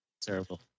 Terrible